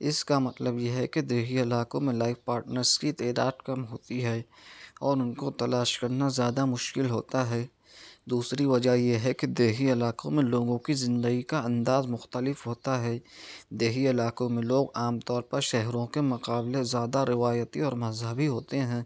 اس کا مطلب یہ ہے کہ دیہی علاقوں میں لائف پارٹنرس کی تعداد کم ہوتی ہے اور ان کو تلاش کرنا زیادہ مشکل ہوتا ہے دوسری وجہ یہ ہے کہ دیہی علاقوں میں لوگوں کی زندگی کا انداز مختلف ہوتا ہے دیہی علاقوں میں لوگ عام طور پر شہروں کے مقابلے زیادہ روایتی اور مذہبی ہوتے ہیں